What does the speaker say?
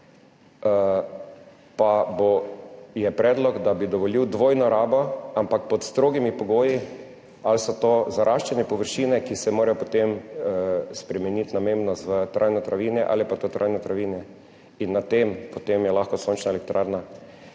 je predlog, da bi dovolil dvojno rabo, ampak pod strogimi pogoji, ali so to zaraščene površine, ki se morajo, potem spremeniti namembnost v trajno travinje ali pa to trajno travinje in na tem, potem je lahko sončna elektrarna.